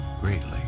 greatly